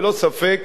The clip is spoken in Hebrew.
ללא ספק